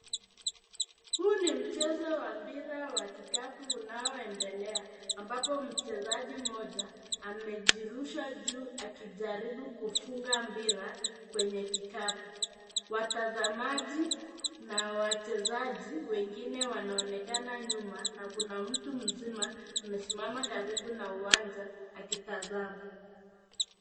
Huu ni mchezo wa mpira wa kikapu unaendelea ambapo mchezaji mmoja amejirusha juu akijaribu kufunga mpira, kwenye kikapu. Watazamaji na wachezaji wengine wanaonekana nyuma na kuna mtu mzima, amesimama karibu na uwanja akitazama.